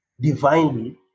divinely